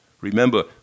Remember